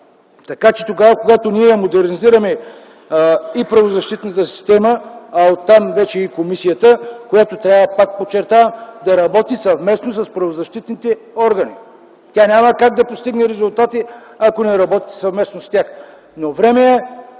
кодекс. Когато ние модернизираме и правозащитната система, а оттам вече и комисията, която, пак подчертавам, трябва да работи съвместно с правозащитните органи, тя няма как да постигне резултати, ако не работи съвместно с тях.